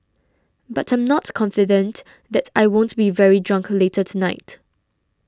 but I'm not confident that I won't be very drunk later tonight